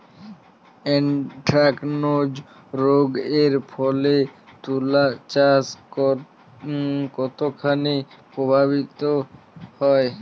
Anthracnose রোগ এর ফলে তুলাচাষ কতখানি প্রভাবিত হয়?